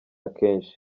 kenshi